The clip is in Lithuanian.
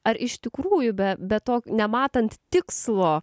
ar iš tikrųjų be be to nematant tikslo